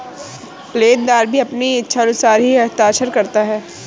लेनदार भी अपनी इच्छानुसार ही हस्ताक्षर करता है